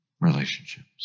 relationships